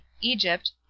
Egypt